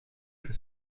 que